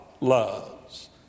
loves